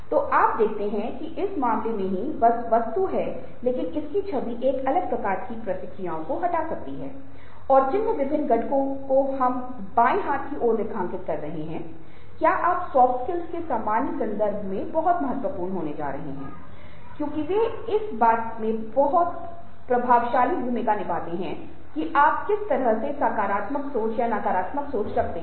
तो आप देखते हैं कि इस मामले में वही वस्तु है लेकिन इसकी छवि एक अलग प्रकार की प्रतिक्रियाओं को हटा सकती है और जिन विभिन्न घटकों को हमने बाएं हाथ की ओर रेखांकित किया है क्या आप सॉफ्ट स्किल के सामान्य संदर्भ में भी बहुत महत्वपूर्ण होने जा रहे हैं क्योंकि वे इस बात में बहुत प्रभावशाली भूमिका निभाते हैं कि आप किस तरह से सकारात्मक सोच या नकारात्मक सोच रखते हैं